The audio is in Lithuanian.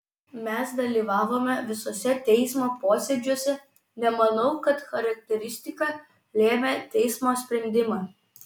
mes dalyvavome visuose teismo posėdžiuose nemanau kad charakteristika lėmė teismo sprendimą